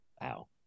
Wow